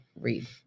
read